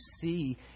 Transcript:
see